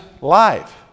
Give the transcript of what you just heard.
life